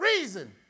reason